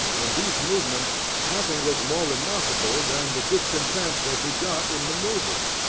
in these movements nothing was more remarkable than the discontent they begot in the movers.